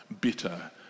bitter